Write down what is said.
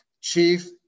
Chief